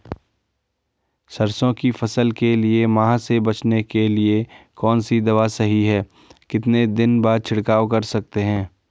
सरसों की फसल के लिए माह से बचने के लिए कौन सी दवा सही है कितने दिन बाद छिड़काव कर सकते हैं?